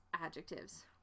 adjectives